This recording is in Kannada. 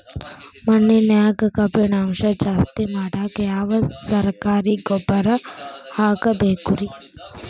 ಮಣ್ಣಿನ್ಯಾಗ ಕಬ್ಬಿಣಾಂಶ ಜಾಸ್ತಿ ಮಾಡಾಕ ಯಾವ ಸರಕಾರಿ ಗೊಬ್ಬರ ಹಾಕಬೇಕು ರಿ?